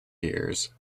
years